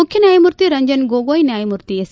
ಮುಖ್ಯನ್ಲಾಯಮೂರ್ತಿ ರಂಜನ್ ಗೋಗೊಯಿ ನ್ಲಾಯಮೂರ್ತಿ ಎಸ್